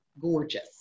gorgeous